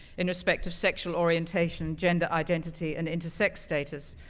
in respect of sexual orientation, gender, identity and intersex status.